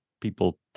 people